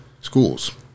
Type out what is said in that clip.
schools